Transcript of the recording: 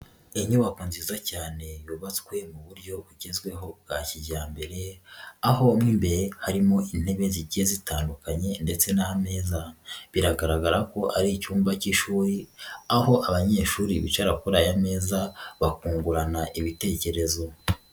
Inyubako nziza cyane yubatswe mu buryo bugezweho bwa kijyambere aho mo imbere harimo intebe zigiye zitandukanye ndetse n'ameza, biragaragara ko ari icyumba k'ishuri aho abanyeshuri bicara kuri aya meza bakungurana ibitekerezo.